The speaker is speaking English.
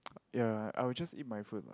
ya I will just eat my food